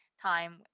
time